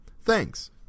thanks